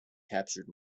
captured